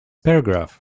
paragraph